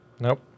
Nope